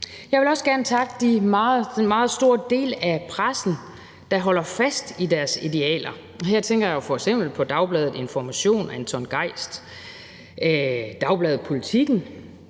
Jeg vil også gerne takke den meget store del af pressen, der holder fast i sine idealer. Her tænker jeg f.eks. på Dagbladet Information og Anton Geist, Dagbladet Politiken,